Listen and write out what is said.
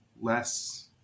less